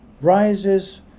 rises